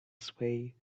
sway